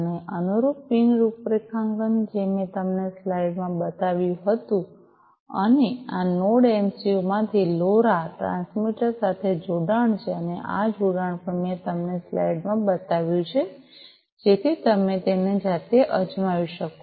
અને અનુરૂપ પિન રૂપરેખાંકન જે મેં તમને સ્લાઇડ માં બતાવ્યું હતું અને આ નોડ એમસિયું માંથી આ લોરા ટ્રાન્સમીટર સાથે જોડાણ છે અને આ જોડાણ પણ મેં તમને સ્લાઇડ માં બતાવ્યું છે જેથી તમે તેને જાતે અજમાવી શકો